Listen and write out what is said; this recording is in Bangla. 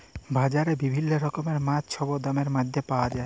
বাজারে বিভিল্ল্য রকমের মাছ ছব দামের ম্যধে পাউয়া যায়